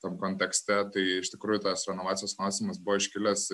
tam kontekste tai iš tikrųjų tas renovacijos klausimas buvo iškilęs